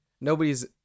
Nobody's